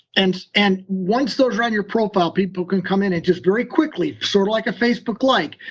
and and once those are on your profile, people can come in and just very quickly, sort of like a facebook like,